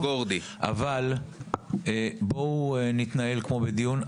אבל בואו נתנהל כמו בדיון.